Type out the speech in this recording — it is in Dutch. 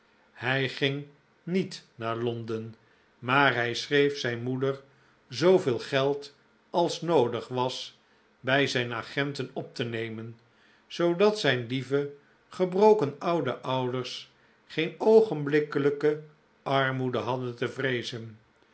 hij ging niet naar londen maar hij schreef zijn moeder zooveel geld als noodig was bij zijn agenten op te nemen zoodat zijn lieve gebroken oude ouders geen oogenblikkelijke armoede hadden te vreezen